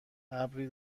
ابری